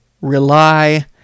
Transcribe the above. rely